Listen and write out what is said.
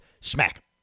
smack